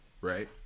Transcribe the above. right